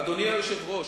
אדוני היושב-ראש,